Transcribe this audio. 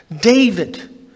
David